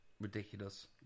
ridiculous